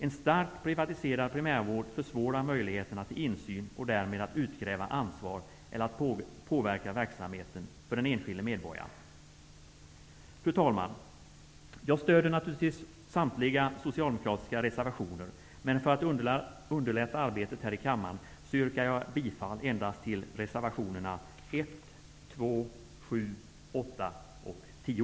En starkt privatiserad primärvård försvårar möjligheterna till insyn och därmed att utkräva ansvar eller för den enskilde medborgaren att påverka verksamheten. Fru talman! Jag stöder naturligtvis samtliga socialdemokratiska reservationer. Men för att underlätta arbetet i kammaren yrkar jag bifall endast till reservationerna 1, 2, 7, 8 och 10.